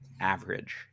average